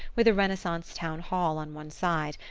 with a renaissance town-hall on one side,